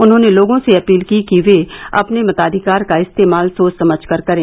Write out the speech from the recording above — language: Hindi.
उन्होंने लोगों से अपील की कि वे अपने मताधिकार का इस्तेमाल सोच समझकर करें